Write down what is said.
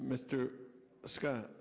mr scott